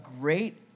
great